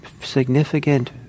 significant